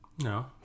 No